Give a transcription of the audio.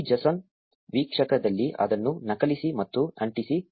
ಈ json ವೀಕ್ಷಕದಲ್ಲಿ ಅದನ್ನು ನಕಲಿಸಿ ಮತ್ತು ಅಂಟಿಸಿ